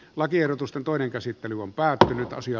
lakiehdotusten toinen käsittely on päätynyt asia